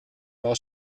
war